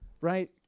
right